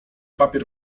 papier